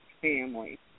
family